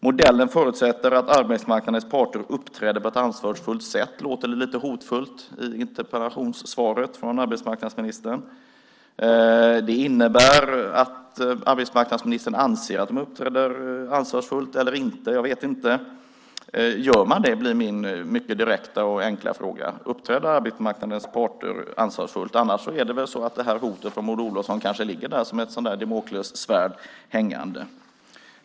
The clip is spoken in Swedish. "Modellen förutsätter att arbetsmarknadens parter uppträder på ett ansvarsfullt sätt" låter det lite hotfullt i interpellationssvaret från arbetsmarknadsministern. Det innebär att arbetsmarknadsministern anser att de uppträder ansvarsfullt - eller inte? Jag vet inte. Gör man det, blir min mycket direkta och enkla fråga. Uppträder arbetsmarknadens parter ansvarsfullt? I annat fall hänger väl hotet från Maud Olofsson där som ett Damoklessvärd.